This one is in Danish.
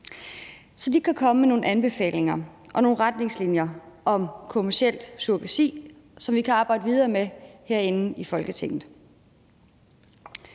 så de kan komme med nogle anbefalinger og nogle retningslinjer om kommerciel surrogati, som vi kan arbejde videre med herinde i Folketinget.